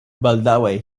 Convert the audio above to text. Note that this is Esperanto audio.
baldaŭe